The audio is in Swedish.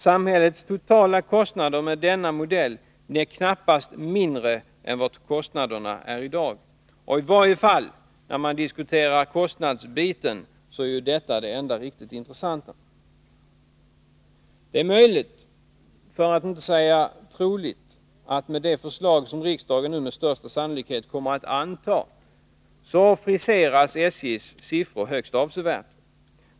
Samhällets totala kostnader blir med denna modell knappast mindre än vad kostnaderna är i dag. I varje fall när man diskuterar kostnaderna är detta det enda riktigt intressanta. De är möjligt — för att inte säga troligt — att SJ:s siffror ”friseras” högst avsevärt med det förslag som riksdagen med största sannolikhet kommer att anta.